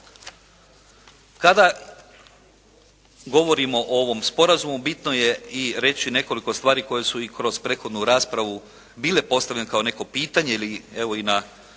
Kada govorimo o ovom sporazumu bitno je i reći nekoliko stvari koje su i kroz prethodnu raspravu bile postavljene kao neko pitanje ili evo i na